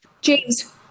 James